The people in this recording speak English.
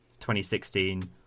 2016